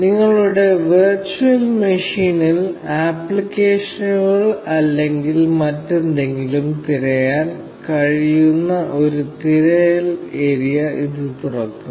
നിങ്ങളുടെ വെർച്വൽ മെഷീനിൽ ആപ്ലിക്കേഷനുകൾ അല്ലെങ്കിൽ മറ്റെന്തെങ്കിലും തിരയാൻ കഴിയുന്ന ഒരു തിരയൽ ഏരിയ ഇത് തുറക്കും